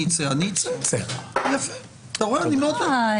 אני רוצה לומר שאין שום דמיון בין